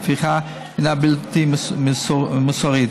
ולפיכך היא בלתי מוסרית.